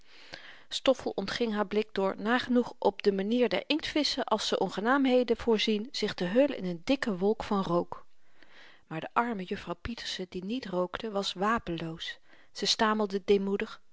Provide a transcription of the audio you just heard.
stoffel ontging haar blik door nagenoeg op de manier der inktvisschen als ze onaangenaamheden voorzien zich te hullen in n dikken wolk van rook maar de arme juffrouw pieterse die niet rookte was wapenloos ze stamelde